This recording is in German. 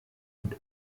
und